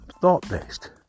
thought-based